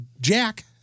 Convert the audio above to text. Jack